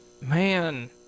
Man